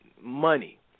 money